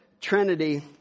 trinity